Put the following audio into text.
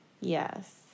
Yes